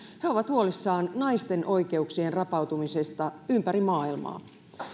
he ovat huolissaan naisten oikeuksien rapautumisesta ympäri maailmaa